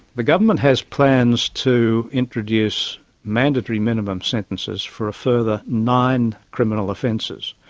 the government has plans to introduce mandatory minimum sentences for a further nine criminal offences.